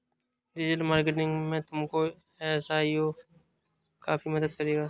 digital marketing में तुमको SEO काफी मदद करेगा